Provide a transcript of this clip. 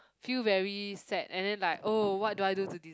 feel very sad and then like oh what do I to de~